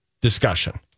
discussion